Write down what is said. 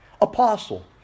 Apostle